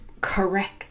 correct